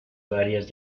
varias